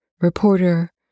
reporter